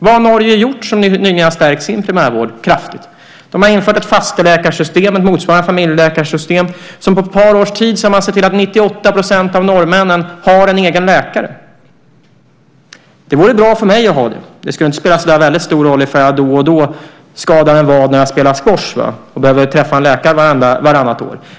Vad har Norge gjort som nyligen har stärkt sin primärvård kraftigt? Man har infört ett fastelege system med ett motsvarande familjeläkarsystem. På ett par års tid har man sett till att 98 % av norrmännen har en egen läkare. Det vore bra för mig att ha det. Det skulle inte spela så väldigt stor roll ifall jag då och då skadar en vad när jag spelar squash och behöver träffa en läkare vartannat år.